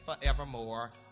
forevermore